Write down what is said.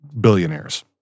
billionaires